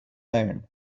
iron